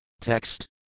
Text